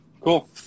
Cool